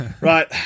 Right